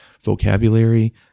vocabulary